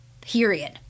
period